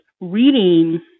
reading